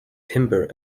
timber